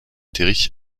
terry